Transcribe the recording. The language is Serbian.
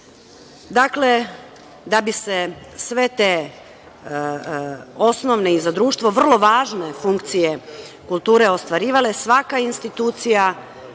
nivo. Dake, da bi se sve te osnovne i za društvo vrlo važne funkcije kulture ostvarivale, svaka institucija